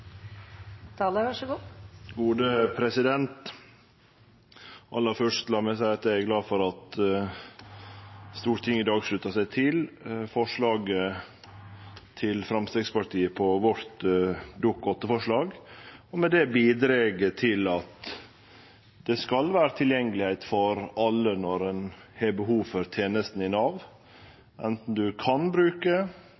glad for at Stortinget i dag sluttar seg til Framstegspartiets forslag i vårt Dokument 8-forslag, og med det bidreg til at det skal vere tilgjenge for alle når ein har behov for tenestene i Nav.